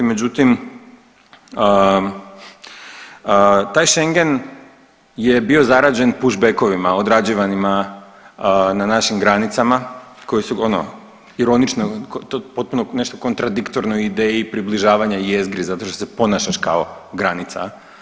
Međutim, taj Schengen je bio zarađen push backovima odrađivanima na našim granicama koji su ono ironično, potpuno nešto kontradiktorno ideji približavanja jezgri zato što se ponašaš kao granica.